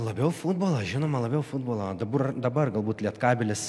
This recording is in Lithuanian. labiau futbolą žinoma labiau futbolą dabar dabar galbūt lietkabelis